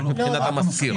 רק מבחינת המשכיר.